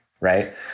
right